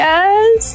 Yes